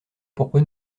pourquoi